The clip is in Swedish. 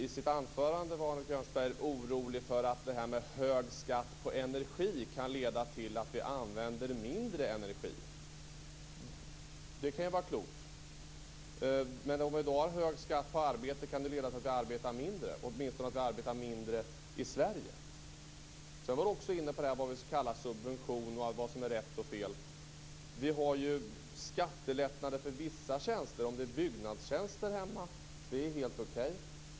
I sitt anförande var Arne Kjörnsberg orolig för att hög skatt på energi kan leda till att vi använder mindre energi. Det kan ju vara klokt. Men om vi då har hög skatt på arbete så kan väl det leda till att vi arbetar mindre - åtminstone till att vi arbetar mindre i Sverige? Arne Kjörnsberg var också inne på det här med vad som kan kallas för subvention och vad som är rätt och fel i det avseendet. Vi har ju skattelättnader för vissa tjänster. Om det är byggnadstjänster i hemmen så är det helt okej.